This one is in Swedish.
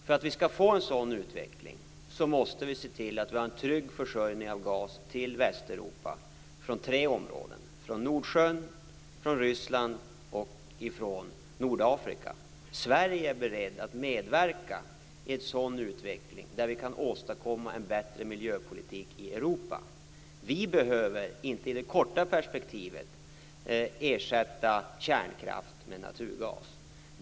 För att få en sådan utveckling måste man se till att ha en trygg försörjning av gas till Västeuropa från tre områden: Nordsjön, Ryssland och Nordafrika. Sverige är berett att medverka i en sådan utveckling, där en bättre miljöpolitik i Europa kan åstadkommas. Sverige behöver inte i det korta perspektivet ersätta kärnkraft med naturgas.